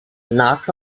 knock